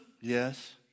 Yes